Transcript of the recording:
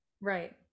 Right